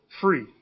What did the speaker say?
free